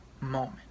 moment